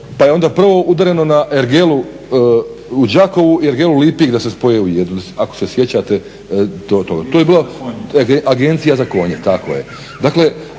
pa je onda prvo udareno na Ergelu u Đakovu i Ergelu Lipik da se spoje u jednu, ako se sjećate toga. To je bila agencija za konje, tako je. Dakle,